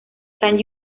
can